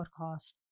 Podcast